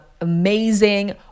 amazing